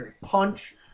punch